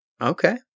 Okay